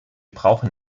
brauchen